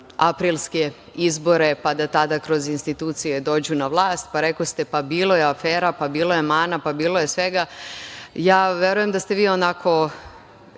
aprilske izbore pa da tada kroz institucije dođu na vlast, pa rekoste bilo je afere, pa bilo je mana, pa bilo je svega. Verujem da ste vi onako